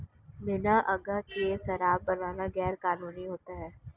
बिना आज्ञा के शराब बनाना गैर कानूनी होता है